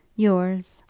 yours,